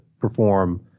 perform